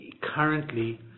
currently